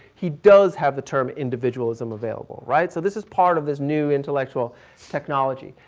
he does have the term individualism available, right. so this is part of this new intellectual technology.